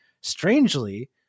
strangely